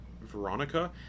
Veronica